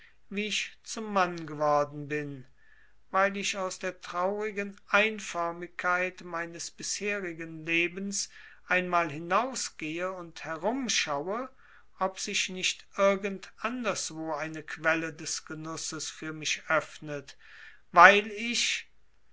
wie ich zum mann geworden bin weil ich aus der traurigen einförmigkeit meines bisherigen lebens einmal herausgehe und herumschaue ob sich nicht irgend anderswo eine quelle des genusses für mich öffnet weil ich